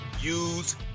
use